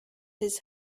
his